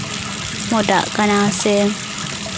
ᱢᱚᱴᱟᱜ ᱠᱟᱱᱟ ᱥᱮ